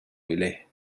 إليه